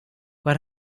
what